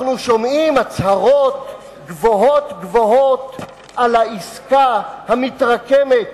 אנחנו שומעים הצהרות גבוהות-גבוהות על העסקה המתרקמת.